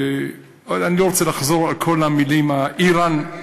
ואני לא רוצה לחזור על כל המילים, איראן,